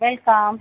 welcome